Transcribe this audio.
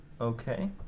Okay